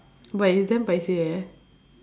but it's damn paiseh eh